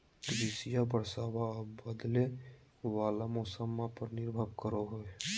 कृषिया बरसाबा आ बदले वाला मौसम्मा पर निर्भर रहो हई